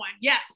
Yes